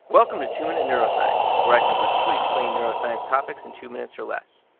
welcome to two minute neuroscience, where i simplistically explain neuroscience topics in two minutes or less.